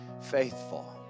faithful